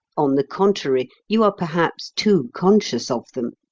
on the contrary, you are perhaps too conscious of them.